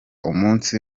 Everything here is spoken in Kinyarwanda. umunsi